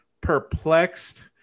perplexed